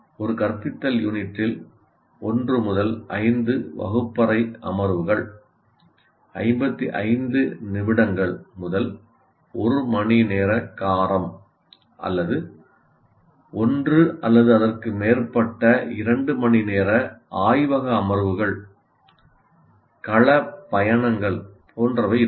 ஒரு கற்பித்தல் யூனிட்டில் 1 முதல் 5 வகுப்பறை அமர்வுகள் 55 நிமிடங்கள் முதல் 1 மணிநேர காலம் அல்லது ஒன்று அல்லது அதற்கு மேற்பட்ட இரண்டு மணி நேர ஆய்வக அமர்வுகள் களப் பயணங்கள் போன்றவை இருக்கும்